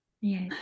yes